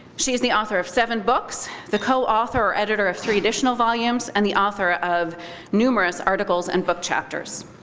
she is the author of seven books, the co-author or editor of three additional volumes, and the author of numerous articles and book chapters.